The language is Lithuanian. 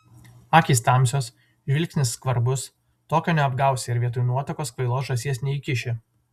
akys tamsios žvilgsnis skvarbus tokio neapgausi ir vietoj nuotakos kvailos žąsies neįkiši